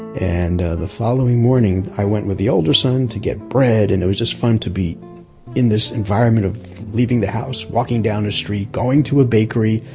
and the following morning i went with the older son to get bread and it was just fun to be in this environment of leaving the house, walking down a street, going to a bakery,